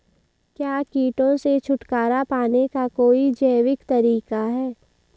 क्या कीटों से छुटकारा पाने का कोई जैविक तरीका है?